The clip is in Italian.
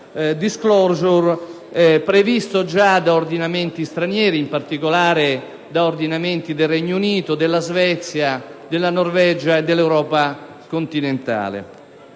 disclosure* previsto già da ordinamenti stranieri, quali quelli del Regno Unito, della Svezia, della Norvegia e dell'Europa continentale.